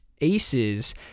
Aces